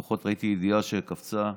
לפחות ראיתי ידיעה שקפצה,